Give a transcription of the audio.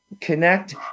connect